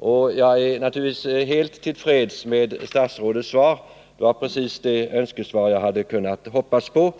Jag är Torsdagen den naturligtvis helt tillfredsställd med detta statsrådets besked. Det var precis det 29 november 1979 önskesvar som jag hade kunnat hoppas på.